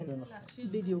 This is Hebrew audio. כן, בדיוק.